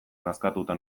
nazkatuta